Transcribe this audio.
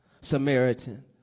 Samaritan